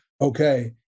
okay